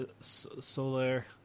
Solar